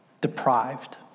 deprived